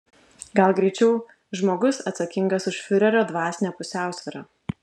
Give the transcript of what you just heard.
gal greičiau žmogus atsakingas už fiurerio dvasinę pusiausvyrą